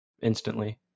instantly